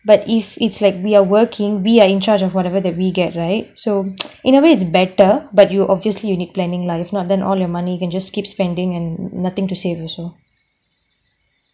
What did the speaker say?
but if it's like we are working we are in charge of whatever that we get right so in a way it's better but you obviously you need planning lah if not then all your money you can just keep spending and nothing to save also